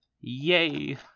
Yay